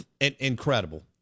Incredible